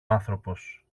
άνθρωπος